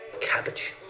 Cabbage